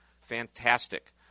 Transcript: Fantastic